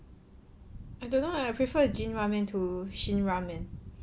I don't know leh I prefer Jin ramen to Shin ramen